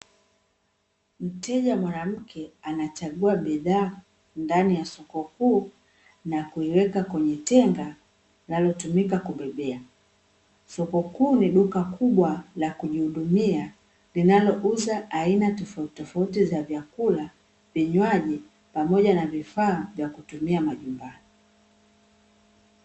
Mteja mwanamke anachagua bidhaa ndani ya soko kuu, na kuiweka kwenye tenga linalotumika kubebea. Soko kuu ni duka kubwa la kujihudumia, linalouza aina tofautitofauti za vyakula, vinywaji pamoja na vifaa vya kutumia majumbani.